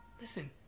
Listen